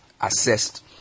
assessed